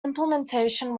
implementation